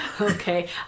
okay